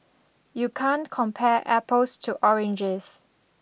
you can't compare apples to oranges